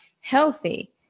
healthy